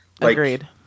Agreed